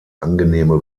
angenehme